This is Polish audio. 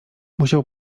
musiał